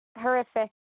horrific